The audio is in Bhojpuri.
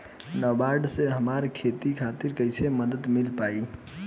नाबार्ड से हमरा खेती खातिर कैसे मदद मिल पायी?